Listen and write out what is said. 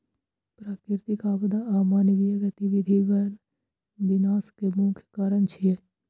प्राकृतिक आपदा आ मानवीय गतिविधि वन विनाश के मुख्य कारण छियै